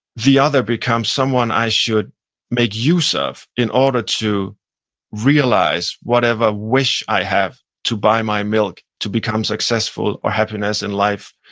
the other becomes someone i should make use of in order to realize whatever wish i have to buy my milk, milk, to become successful, or happiness in life,